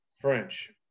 French